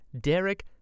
Derek